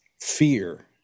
Fear